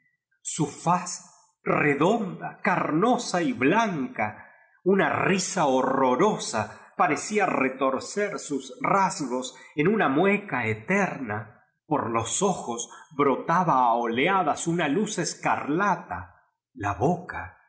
su faz redonda cnnmsa y blanca una risa horrorosa parecía retorcer sus ran gos en una mueca cierna por los ojos bro taba a oleadas una luz escarlata hi boca